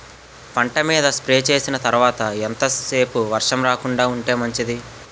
పంట మీద స్ప్రే చేసిన తర్వాత ఎంత సేపు వర్షం రాకుండ ఉంటే మంచిది?